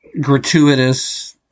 gratuitous